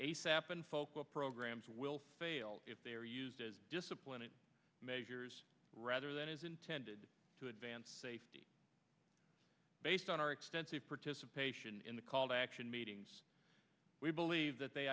and focal programs will fail if they are used as discipline it measures rather than is intended to advance safety based on our extensive participation in the call to action meetings we believe that they